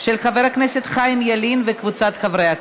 של חבר הכנסת חיים ילין וקבוצת חברי הכנסת.